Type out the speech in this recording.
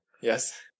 Yes